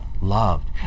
loved